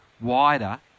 wider